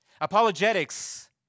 Apologetics